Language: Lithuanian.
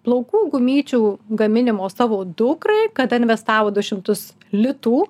plaukų gumyčių gaminimo savo dukrai kada investavo du šimtus litų